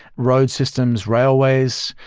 road systems, railways,